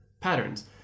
patterns